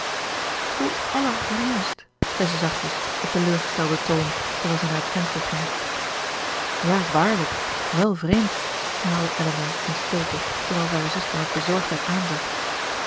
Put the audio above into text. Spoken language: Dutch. hoe allervreemdst zei ze zachtjes op teleurgestelden toon terwijl zij naar het venster ging ja waarlijk wèl vreemd herhaalde elinor in stilte terwijl ze haar zuster met bezorgdheid